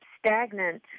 Stagnant